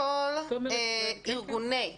יפעת גורדון,